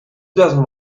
doesn’t